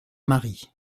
mari